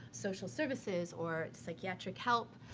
social services or psychiatric help,